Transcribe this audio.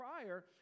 prior